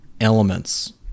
elements